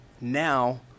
now